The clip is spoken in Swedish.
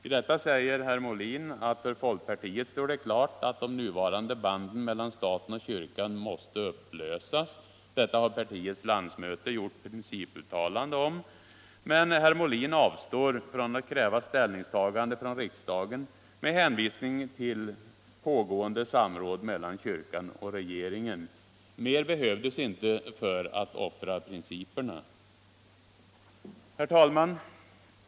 I detta säger herr Molin att för folkpartiet står det klart att de nuvarande banden mellan staten och kyrkan måste upplösas. Detta har partiets landsmöte gjort principuttalande om, men herr Molin avstår från att kräva ställningstagande från riksdagen med hänvisning till pågående samråd mellan kyrkan och regeringen. Mer behövdes inte för att offra principerna!